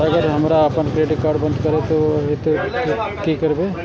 अगर हमरा आपन क्रेडिट कार्ड बंद करै के हेतै त की करबै?